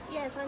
Yes